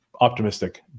optimistic